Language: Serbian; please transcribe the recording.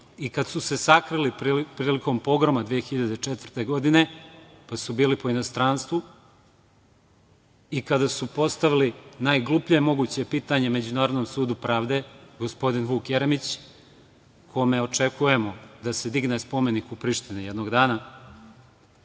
i kada su se sakrili prilikom pogroma 2004. godine, pa su bili po inostranstvu i kada su postavili najgluplje moguće pitanje Međunarodnom sudu pravde, gospodin Vuk Jeremić kome očekujemo da se digne spomenik u Prištini jednog dana,